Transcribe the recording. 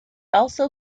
also